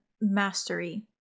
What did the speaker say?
mastery